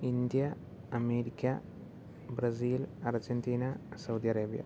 India America Brazil Argentina Saudi Arabia